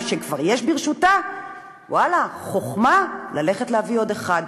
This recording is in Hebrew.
ואיך עושים את זה?